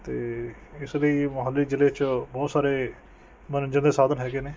ਅਤੇ ਇਸ ਲਈ ਮੋਹਾਲੀ ਜ਼ਿਲ੍ਹੇ 'ਚ ਬਹੁਤ ਸਾਰੇ ਮਨੋਰੰਜਨ ਦੇ ਸਾਧਨ ਹੈਗੇ ਨੇ